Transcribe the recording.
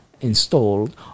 installed